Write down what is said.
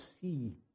see